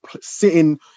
sitting